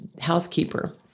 housekeeper